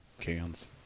cans